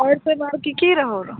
पर्समे की की रहौ